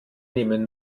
nehmen